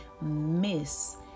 miss